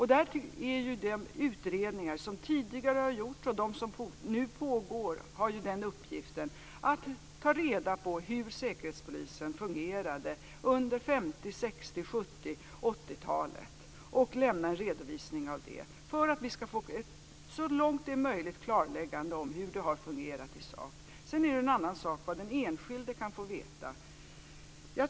Här har ju de utredningar som tidigare gjorts och som nu pågår till uppgift att ta reda på hur Säkerhetspolisen fungerade under 50-, 60-, 70 och 80-talet och lämna en redovisning av detta, för att vi ska få ett klarläggande, så långt det är möjligt, om hur det har fungerat i sak. Sedan är det en annan sak vad den enskilde kan få veta.